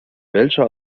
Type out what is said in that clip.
welche